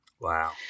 Wow